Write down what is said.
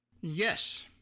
Yes